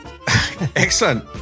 Excellent